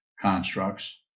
constructs